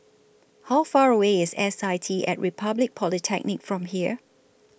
How Far away IS S I T At Republic Polytechnic from here